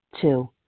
two